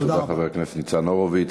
תודה לחבר הכנסת ניצן הורוביץ.